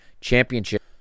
Championship